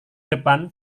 depan